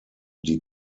die